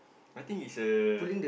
I think is a